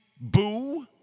boo